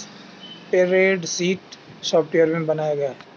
spreadsheet software में बनाया गया है